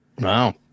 Wow